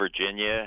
Virginia